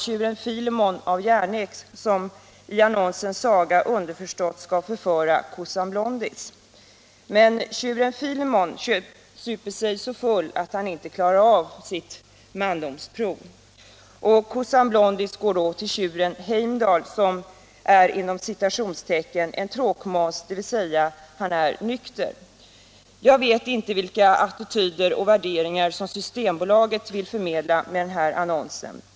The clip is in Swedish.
Tjuren Filemon af Järnek skall i annonsens saga — underförstått - förföra kossan Blondis. Men tjuren Filemon super sig så full att han inte klarar av sitt mandomsprov. Kossan Blondis går då till tjuren Heimdal som är en ”tråkmåns”, dvs. han är nykter. Jag vet inte vilka attityder och värderingar som Systembolaget vill förmedla med den här annonsen.